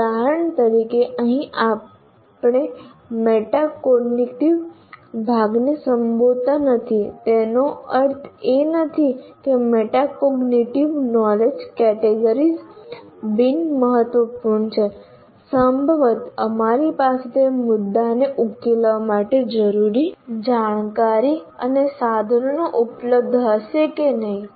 ઉદાહરણ તરીકે અહીં આપણે મેટાકોગ્નેટીવ ભાગને સંબોધતા નથી તેનો અર્થ એ નથી કે મેટાકોગ્નેટીવ નોલેજ કેટેગરીઝ બિનમહત્વપૂર્ણ છે સંભવત અમારી પાસે તે મુદ્દાને ઉકેલવા માટે જરૂરી જાણકારી અને સાધનો ઉપલબ્ધ હશે કે નહીં